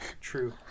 true